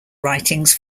writings